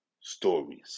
stories